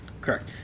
Correct